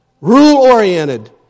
rule-oriented